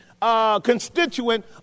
constituent